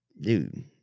dude